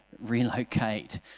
relocate